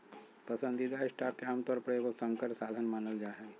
पसंदीदा स्टॉक के आमतौर पर एगो संकर साधन मानल जा हइ